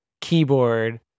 keyboard